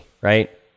right